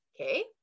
okay